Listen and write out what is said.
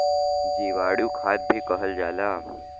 जीवाणु खाद भी कहल जाला